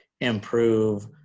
improve